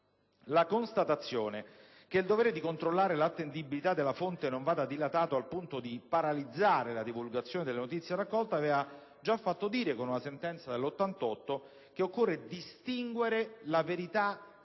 la constatazione che il dovere di controllare l'attendibilità della fonte non vada dilatato al punto da paralizzare la divulgazione delle notizie raccolte aveva già fatto dire, con una sentenza del 1988 della Corte di cassazione,